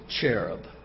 cherub